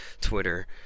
Twitter